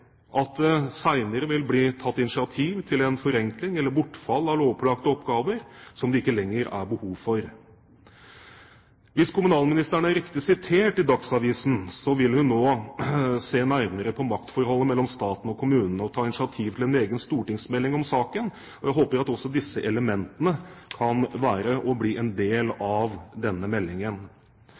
at det senere vil bli tatt initiativ til forenkling eller bortfall av lovpålagte oppgaver som det ikke lenger er behov for.» Hvis kommunalministeren er riktig sitert i Dagsavisen, vil hun nå se nærmere på maktforholdet mellom staten og kommunene og ta initiativ til en egen stortingsmelding om saken. Jeg håper at også disse elementene kan være og bli en del av denne meldingen.